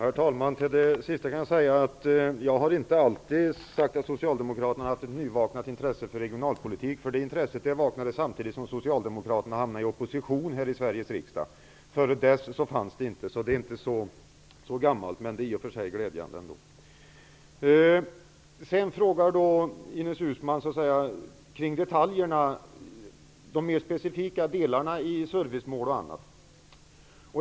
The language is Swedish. Herr talman! Jag har inte alltid sagt att Socialdemokraterna har haft ett nyvaknat intresse för regionalpolitik, för det intresset vaknade samtidigt som Socialdemokraterna hamnade i opposition här i Sveriges riksdag. Före dess fanns det inte. Intresset är inte så gammalt, men det är i och för sig glädjande ändå. Ines Uusmann frågar om detaljerna och de mer specifika delarna vad gäller servicemål och annat.